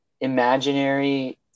imaginary